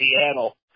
Seattle